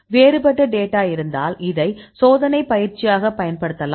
வேறுபட்ட டேட்டா இருந்தால் இதை சோதனை பயிற்சியாகப் பயன்படுத்தலாம்